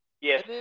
Yes